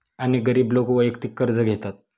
अनेक गरीब लोक वैयक्तिक कर्ज घेतात